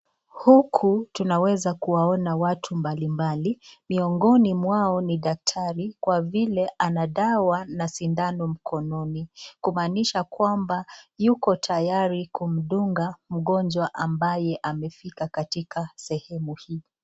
Huku tunaweza kuwaona watu mbalimbali miongoni mwao ni daktari kwa vile ana dawa na sindano mkononi, kumaanisha kwamba yuko tayari kumdunga mgonjwa ambaye amefika katika sehemu hii.